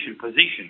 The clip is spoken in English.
position